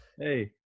Hey